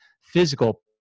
physical